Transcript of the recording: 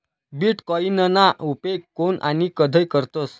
बीटकॉईनना उपेग कोन आणि कधय करतस